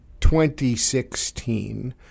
2016